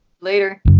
Later